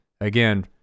Again